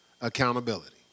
accountability